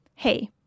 hey